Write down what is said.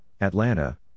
Atlanta